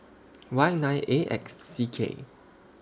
Y nine A X C K